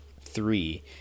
three